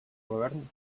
govern